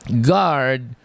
guard